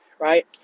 right